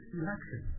election